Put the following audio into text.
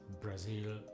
Brazil